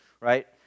right